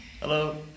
Hello